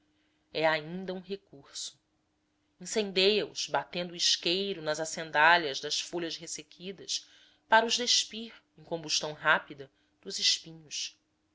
é ainda um recurso incendeia os batendo o isqueiro nas acendalhas das folhas ressequidas para os despir em combustão rápida dos espinhos